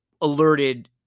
Alerted